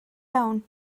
iawn